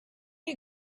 you